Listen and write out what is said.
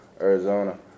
Arizona